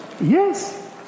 Yes